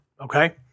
okay